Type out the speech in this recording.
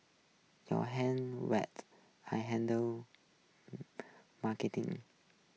your hand wed I handle marketing